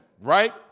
right